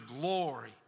glory